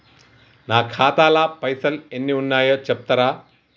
నా ఖాతా లా పైసల్ ఎన్ని ఉన్నాయో చెప్తరా?